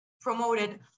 promoted